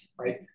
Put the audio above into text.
right